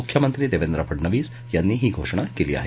मुख्यमंत्री देवेंद्र फडनवीस यांनी ही घोषणा केली आहे